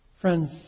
Friends